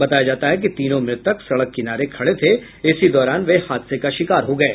बताया जाता है कि तीनों मृतक सड़क किनारे खड़े थे इसी दौरान वे हादसे का शिकार हो गये